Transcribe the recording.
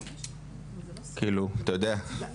כאילו, אתה יודע.